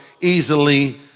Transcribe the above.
easily